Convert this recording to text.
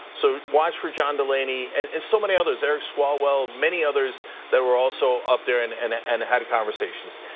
so watch for john delaney and and so many others, eric swalwell, many others that were also up there and and and had conversations.